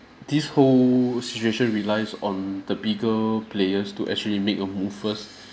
this whole situation relies on the bigger players to actually make a move first